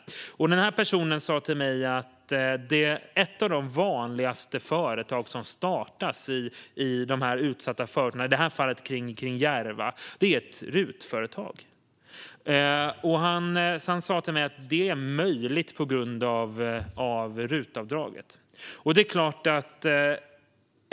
Den här personen sa till mig att ett av de vanligaste företagen som startas i de utsatta förorterna, i det här fallet kring Järva, är ett RUT-företag. Han sa till mig att det är möjligt tack vare RUT-avdraget.